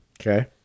Okay